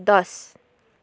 दस